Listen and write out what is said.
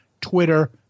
Twitter